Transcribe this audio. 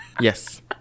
Yes